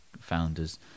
founders